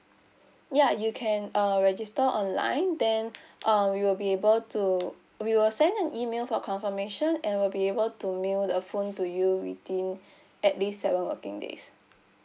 ya you can uh register online then uh we will be able to we will send an email for confirmation and we'll be able to mail the phone to you within at least seven working days